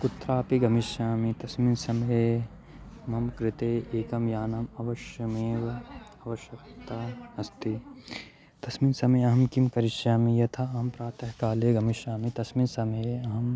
कुत्रापि गमिष्यामि तस्मिन् समये मम कृते एकं यानम् अवश्यमेव अवश्यक्ता अस्ति तस्मिन् समये अहं किं करिष्यामि यथा अहं प्रातःकाले गमिष्यामि तस्मिन् समये अहं